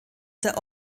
der